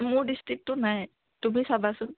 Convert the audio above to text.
মোৰ ডিষ্ট্ৰিক্টটো নাই তুমি চাবাচোন